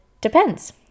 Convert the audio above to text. depends